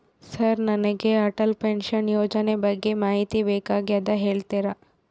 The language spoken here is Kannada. ಸರ್ ನನಗೆ ಅಟಲ್ ಪೆನ್ಶನ್ ಯೋಜನೆ ಬಗ್ಗೆ ಮಾಹಿತಿ ಬೇಕಾಗ್ಯದ ಹೇಳ್ತೇರಾ?